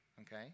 Okay